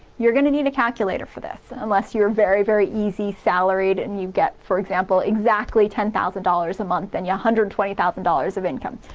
you're gonna need a calculator for this unless you're very very easy salaried, and you get for example, exactly ten thousand dollars a month and yeah a hundred twenty thousand dollars of income.